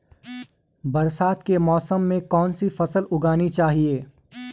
बरसात के मौसम में कौन सी फसल उगानी चाहिए?